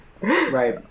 Right